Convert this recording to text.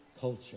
culture